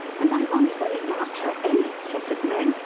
and i wonder very much how any set of men,